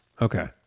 Okay